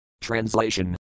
Translation